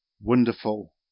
wonderful